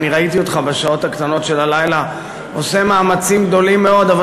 כי אני ראיתי אותך בשעות הקטנות של הלילה עושה מאמצים גדולים מאוד,